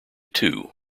two